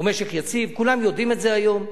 הוא משק יציב, כולם יודעים את זה היום,